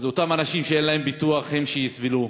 אז אותם אנשים שאין להם ביטוח הם שיסבלו.